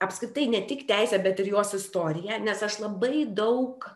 apskritai ne tik teise bet ir jos istorija nes aš labai daug